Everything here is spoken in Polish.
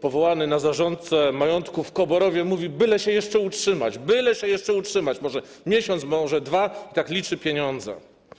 powołany na zarządcę majątku w Koborowie mówi: Byle się jeszcze utrzymać, byle się jeszcze utrzymać, może miesiąc, może dwa, i liczy tak pieniądze.